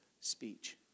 speech